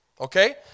okay